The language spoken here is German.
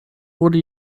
wurde